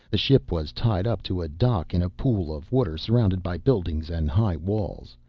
the ship was tied up to a dock in a pool of water surrounded by buildings and high walls.